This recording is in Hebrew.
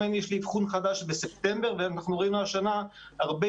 אם יש אבחון חדש בספטמבר ואנחנו רואים השנה הרבה